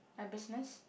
my business